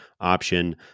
option